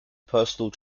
personal